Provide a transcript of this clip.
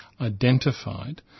identified